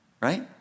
right